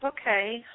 Okay